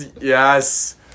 Yes